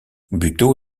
buteau